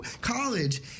College